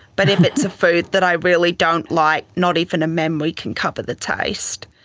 but if it's a food that i really don't like, not even a memory can cover the taste.